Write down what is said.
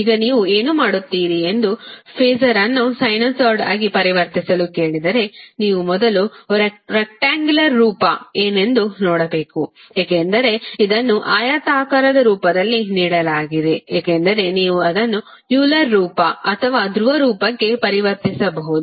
ಈಗ ನೀವು ಏನು ಮಾಡುತ್ತೀರಿ ಎಂದು ಫಾಸರ್ ಅನ್ನು ಸೈನುಸಾಯ್ಡ್ ಆಗಿ ಪರಿವರ್ತಿಸಲು ಕೇಳಿದರೆ ನೀವು ಮೊದಲು ರೆಕ್ಟಾಂಗ್ಯುಲರ್ ರೂಪ ಏನೆಂದು ನೋಡಬೇಕು ಏಕೆಂದರೆ ಇದನ್ನು ಆಯತಾಕಾರದ ರೂಪದಲ್ಲಿ ನೀಡಲಾಗಿದೆ ಏಕೆಂದರೆ ನೀವು ಅದನ್ನು ಯೂಲರ್ ರೂಪ ಅಥವಾ ಧ್ರುವ ರೂಪಕ್ಕೆ ಪರಿವರ್ತಿಸಬಹುದು